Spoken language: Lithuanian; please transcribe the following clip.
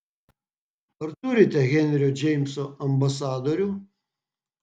ar turite henrio džeimso ambasadorių